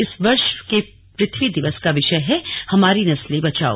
इस वर्ष के पृथ्वी दिवस का विषय है हमारी नस्लें बचाओ